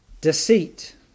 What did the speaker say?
Deceit